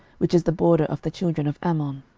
which is the border of the children of ammon